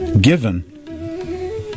given